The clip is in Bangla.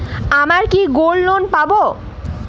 আমি কি গোল্ড লোন পাবো?